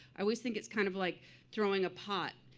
i always think it's kind of like throwing a pot.